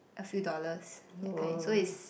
a few dollars that kind so it's